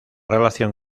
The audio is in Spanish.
relación